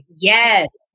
Yes